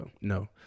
no